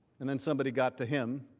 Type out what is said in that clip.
and then somebody got to him